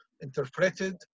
interpreted